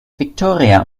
viktoria